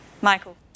Michael